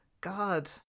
God